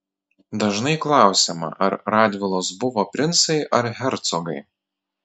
dažnai klausiama ar radvilos buvo princai ar hercogai